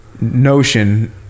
notion